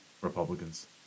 Republicans